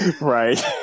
right